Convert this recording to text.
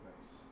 Nice